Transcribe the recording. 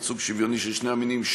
ייצוג שוויוני של שני המינים.